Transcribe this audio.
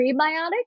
prebiotics